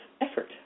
effort